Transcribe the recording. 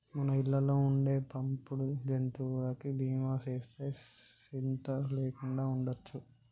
మన ఇళ్ళలో ఉండే పెంపుడు జంతువులకి బీమా సేస్తే సింత లేకుండా ఉండొచ్చు